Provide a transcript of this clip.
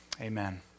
amen